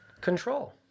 Control